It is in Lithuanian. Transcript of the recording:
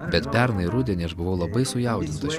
bet pernai rudenį aš buvau labai sujaudintas